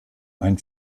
ein